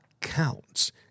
counts